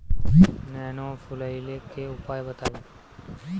नेनुआ फुलईले के उपाय बताईं?